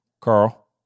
Carl